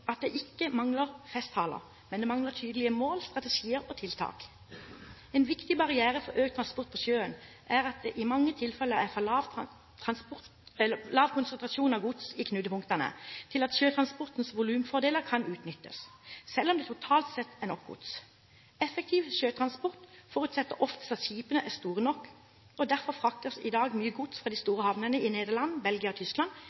at det ikke mangler festtaler, men det mangler tydelige mål, strategier og tiltak. En viktig barriere for økt transport på sjøen er at det i mange tilfeller er for lav konsentrasjon av gods i knutepunktene til at sjøtransportens volumfordeler kan utnyttes, selv om det totalt sett er nok gods. Effektiv sjøtransport forutsetter oftest at skipene er store nok. Derfor fraktes i dag mye gods fra de store havnene i Nederland, Belgia og Tyskland